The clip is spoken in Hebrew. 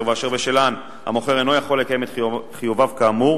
ואשר בשלהן המוכר אינו יכול לקיים את חיוביו כאמור,